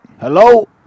Hello